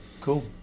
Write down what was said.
Cool